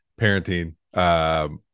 parenting